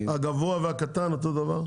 הגבוה והקטן אותו דבר?